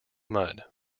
mud